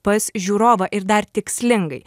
pas žiūrovą ir dar tikslingai